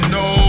no